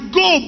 go